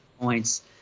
points